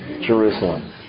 Jerusalem